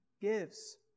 gives